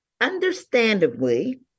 Understandably